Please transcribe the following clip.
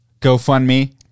GoFundMe